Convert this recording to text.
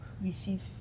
Receive